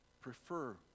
Prefer